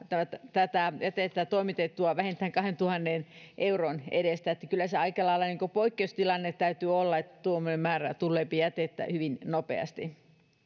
tätä jätettä toimitettua vähintään kahdentuhannen euron edestä eli kyllä sen aika lailla poikkeustilanne täytyy olla että tuommoinen määrä tuleepi jätettä hyvin nopeasti